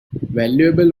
valuable